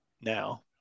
now